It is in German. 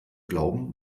glauben